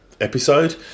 episode